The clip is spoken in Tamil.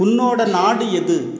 உன்னோட நாடு எது